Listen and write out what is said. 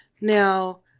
now